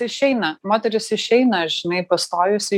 išeina moteris išeina žinai pastojusi